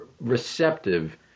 receptive